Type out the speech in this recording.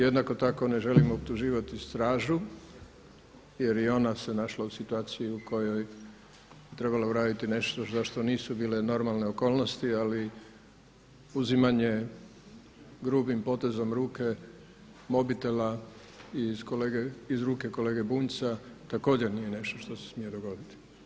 Jednako tako ne želim optuživati stražu jer i ona se našla u situaciji u kojoj je trebalo uraditi nešto za što nisu bile normalne okolnosti ali uzimanje grubim potezom ruke mobitela iz ruke kolege Bunjca također nije nešto što se smije dogoditi.